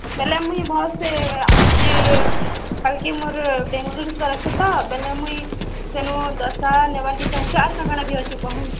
ବେଲେ ମୁଇଁ ଭଲ୍ସେ କାଲ୍କେ ମୋର୍ ବେଙ୍ଗଲୋର୍ ଯିବାର୍ ଅଛେ ତ ବେଲେ ମୁଇଁ ସେନୁ ଦୋସା ନେବାକେ ଚାହୁଁଚେ ଆର୍ କା କାଣା ବି ଅଛେ କହୁନ୍